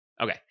Okay